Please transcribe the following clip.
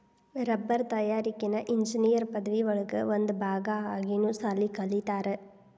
ರಬ್ಬರ ತಯಾರಿಕೆನ ಇಂಜಿನಿಯರ್ ಪದವಿ ಒಳಗ ಒಂದ ಭಾಗಾ ಆಗಿನು ಸಾಲಿ ಕಲಿತಾರ